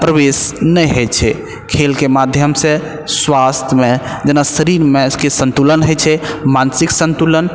प्रवेश नहि होइ छै खेलके माध्यमसँ स्वास्थ्यमे जेना शरीरके सन्तुलन होइ छै मानसिक सन्तुलन